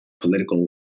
political